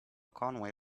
conway